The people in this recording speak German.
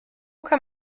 kann